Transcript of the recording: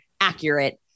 accurate